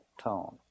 tone